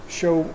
show